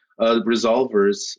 resolvers